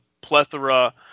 plethora